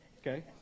okay